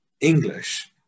English